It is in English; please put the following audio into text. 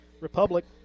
Republic